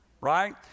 Right